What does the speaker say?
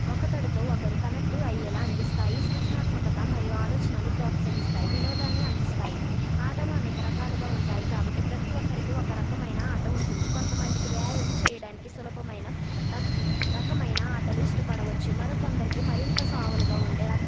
ఒకతడితో ఒకరు కనెక్టు అయ్యేలా అందిస్తాయి సృజనాత్మకత మరియు ఆలోచనలు ప్రోత్సహిస్తాయి వినోదాన్ని అందిస్తాయి ఆటలు అనేక రకాలుగా ఉంటాయి కాబట్టి ప్రతి ఒక్కరికి ఒక రకమైన అట ఉంటుంది కొంత మందికి వ్యాయామం చేయడానికి సులభమైన రక రకమైన ఆటలు ఇష్టపడవచ్చు మరో కొందరికి మరింత సావులుగా ఉండే